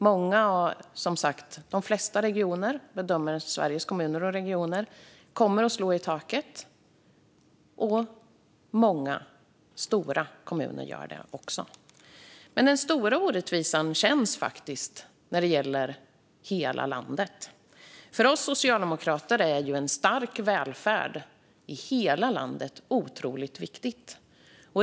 Sveriges Kommuner och Regioner bedömer att flera regioner kommer att slå i taket och att många stora kommuner också gör det. Den stora orättvisan känns när det gäller hela landet. För oss socialdemokrater är en stark välfärd i hela landet otroligt viktigt.